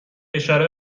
اشاره